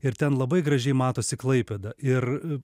ir ten labai gražiai matosi klaipėda ir